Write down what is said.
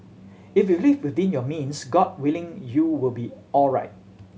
if you live within your means God willing you will be alright